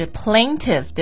plaintiff